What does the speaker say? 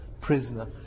prisoner